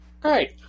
Great